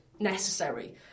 Necessary